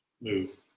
move